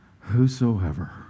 Whosoever